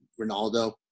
Ronaldo